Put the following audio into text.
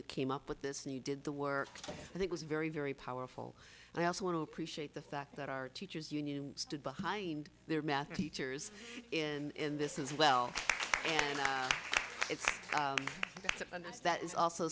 you came up with this new you did the work i think was very very powerful and i also want to appreciate the fact that our teachers union stood behind their math teachers in this is well and it's nice that it's also